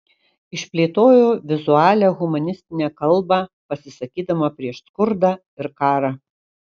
išplėtojo vizualią humanistinę kalbą pasisakydama prieš skurdą ir karą